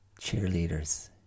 cheerleaders